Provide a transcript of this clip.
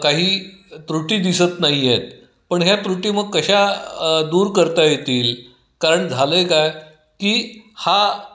काही त्रुटी दिसत नाही आहेत पण ह्या त्रुटी मग कशा दूर करता येतील कारण झालं आहे काय की हा